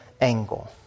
angle